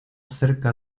cerca